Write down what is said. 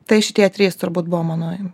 tai šitie trys turbūt buvo mano